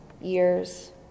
years